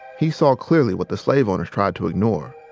he saw clearly what the slave owners tried to ignore.